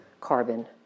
carbon